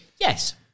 Yes